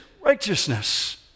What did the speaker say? righteousness